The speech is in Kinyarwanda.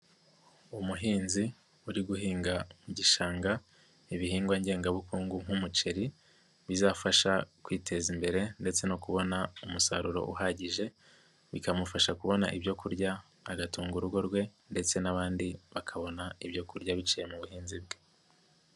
Umuhinzi uri guhinga mu gishanga ibihingwa ngengabukungu nk'umuceri bizafasha kwiteza imbere ndetse no kubona umusaruro uhagije bikamufasha kubona ibyo kurya agatunga urugo rwe ndetse n'abandi bakabona ibyo kurya biciye mu buhinzi bwe.